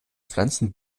pflanzen